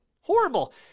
Horrible